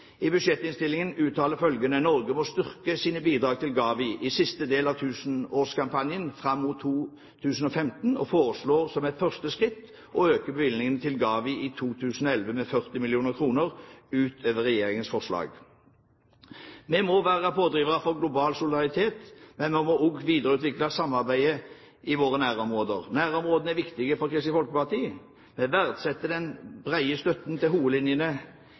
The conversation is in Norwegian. i budsjettinnstillingen uttaler følgende: «Norge må styrke sine bidrag til GAVI i siste del av tusenårskampanjen fram mot 2015 og foreslår som et første skritt å øke bevilgningen til GAVI i 2011 med 40 mill. kroner ut over regjeringens forslag.» Vi må være pådrivere for global solidaritet, men vi må også videreutvikle samarbeidet i våre nærområder. Nordområdene er viktige for Kristelig Folkeparti. Vi verdsetter den brede støtten til hovedlinjene